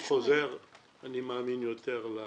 אני יכול עכשיו להרשות לפנות לסמנכ"ל